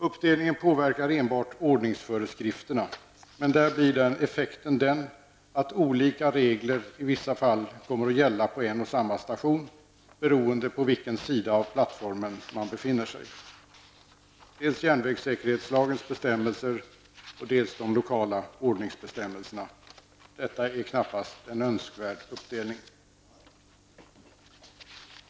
Uppdelningen påverkar endast ordningsföreskrifterna, men där blir effekten den, att olika regler i vissa fall kommer att gälla på en och samma station, beroende på vilken sida av plattformen man befinner sig. Dels gäller järnvägssäkerhetslagens bestämmelser, dels gäller de lokala ordningsbestämmelserna. Detta är knappast en önskvärd uppdelning.